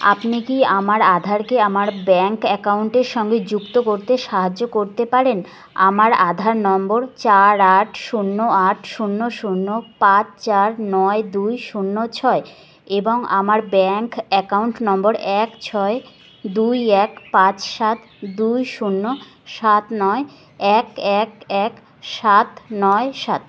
আপনি কি আমার আধারকে আমার ব্যাঙ্ক অ্যাকাউন্টের সঙ্গে যুক্ত করতে সাহায্য করতে পারেন আমার আধার নম্বর চার আট শূন্য আট শূন্য শূন্য পাঁচ চার নয় দুই শূন্য ছয় এবং আমার ব্যাঙ্ক অ্যাকাউন্ট নম্বর এক ছয় দুই এক পাঁচ সাত দুই শূন্য সাত নয় এক এক এক সাত নয় সাত